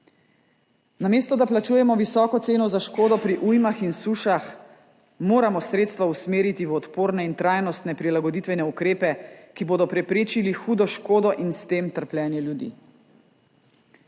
Namesto da plačujemo visoko ceno za škodo pri ujmah in sušah, moramo sredstva usmeriti v odporne in trajnostne prilagoditvene ukrepe, ki bodo preprečili hudo škodo in s tem trpljenje ljudi.